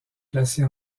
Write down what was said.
placée